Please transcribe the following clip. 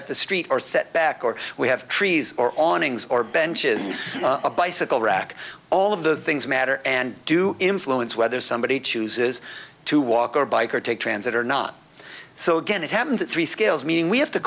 at the street or set back or we have trees or on ngs or benches a bicycle rack all of those things matter and do influence whether somebody chooses to walk or bike or take transit or not so again it happens at three scales meaning we have to